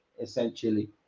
Essentially